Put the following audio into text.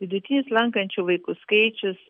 vidutinis lankančių vaikų skaičius